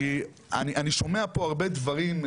אני שומע הרבה דברים.